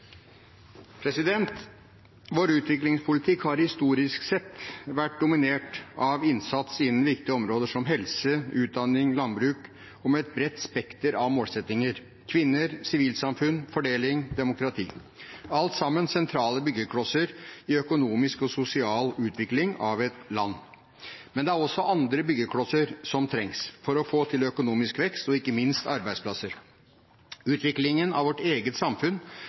Vår utviklingspolitikk har historisk sett vært dominert av innsats innen viktige områder som helse, utdanning og landbruk, og med et bredt spekter av målsettinger – kvinner, sivilsamfunn, fordeling, demokrati – alt sammen sentrale byggeklosser i økonomisk og sosial utvikling av et land. Men det er også andre byggeklosser som trengs for å få til økonomisk vekst og ikke minst arbeidsplasser. Utviklingen av vårt eget samfunn